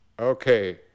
Okay